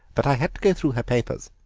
but i had to go through her papers.